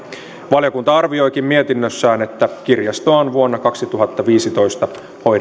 valiokunta arvioikin mietinnössään että kirjastoa on vuonna kaksituhattaviisitoista